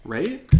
Right